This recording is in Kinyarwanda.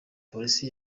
polisi